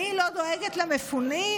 אני לא דואגת למפונים?